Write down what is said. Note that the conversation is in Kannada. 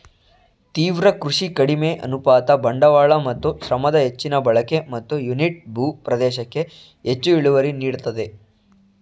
ತೀವ್ರ ಕೃಷಿ ಕಡಿಮೆ ಅನುಪಾತ ಬಂಡವಾಳ ಮತ್ತು ಶ್ರಮದ ಹೆಚ್ಚಿನ ಬಳಕೆ ಮತ್ತು ಯೂನಿಟ್ ಭೂ ಪ್ರದೇಶಕ್ಕೆ ಹೆಚ್ಚು ಇಳುವರಿ ನೀಡ್ತದೆ